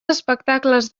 espectacles